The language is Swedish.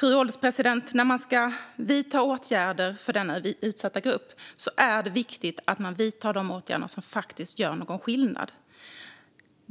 Fru ålderspresident! När man ska vidta åtgärder för denna utsatta grupp är det viktigt att man vidtar de åtgärder som faktiskt gör skillnad.